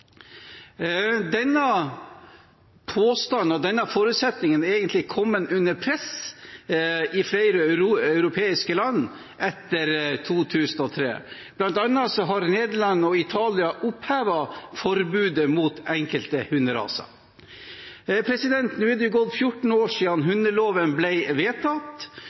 Denne påstanden og denne forutsetningen er egentlig kommet under press i flere europeiske land etter 2003. Blant annet har Nederland og Italia opphevet forbudet mot enkelte hunderaser. Nå har det gått 14 år siden hundeloven ble vedtatt.